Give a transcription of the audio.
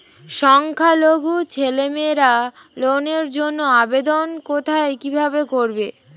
সংখ্যালঘু ছেলেমেয়েরা লোনের জন্য আবেদন কোথায় কিভাবে করবে?